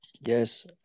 Yes